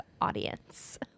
audience